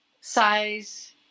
size